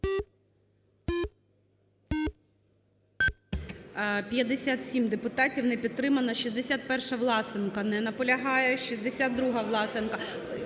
57 депутатів, не підтримано. 61-ша, Власенко. Не наполягає. 62-га, Власенко.